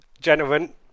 Gentlemen